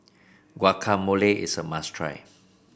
guacamole is a must try